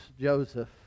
Joseph